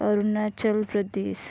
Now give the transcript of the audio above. Arunachal Pradesh